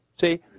See